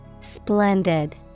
Splendid